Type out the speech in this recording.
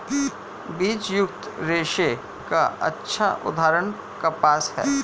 बीजयुक्त रेशे का अच्छा उदाहरण कपास है